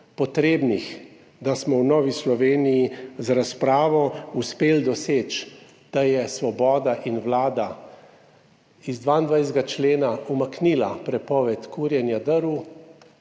potrebnih, da smo v Novi Sloveniji z razpravo uspeli doseči, da sta Svoboda in Vlada iz 22. člena umaknili prepoved kurjenja drv,